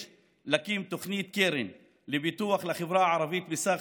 יש להקים תוכנית קרן פיתוח לחברה הערבית בסך